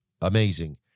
amazing